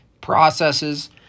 processes